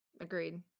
Agreed